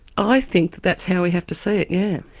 i think that's how we have to see it, yeah